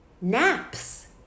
naps